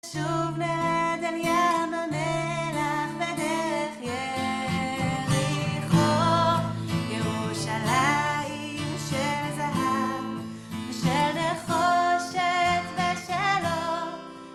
שוב נרד אל ים המלח, בדרך יריחו. ירושלים של זהב, ושל נחושת ושל אור.